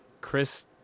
Chris